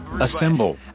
Assemble